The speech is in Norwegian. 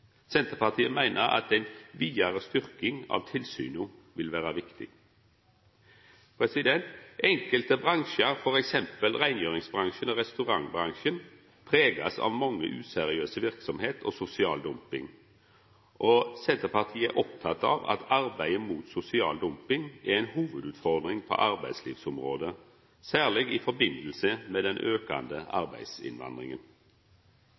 Senterpartiet meiner at ei vidare styrking av tilsyna vil vera viktig. Enkelte bransjar, t.d. reinhaldsbransjen og restaurantbransjen, er prega av mange useriøse verksemder og sosial dumping. Senterpartiet er oppteke av at arbeidet mot sosial dumping er ei hovudutfordring på arbeidslivsområdet, særleg i samband med den